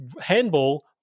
handball